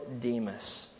Demas